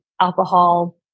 alcohol